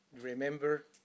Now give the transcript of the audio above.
Remember